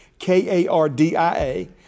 K-A-R-D-I-A